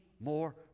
more